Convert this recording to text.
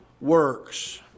works